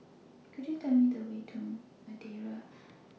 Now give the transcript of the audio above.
Could YOU Tell Me The Way to The Madeira